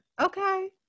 okay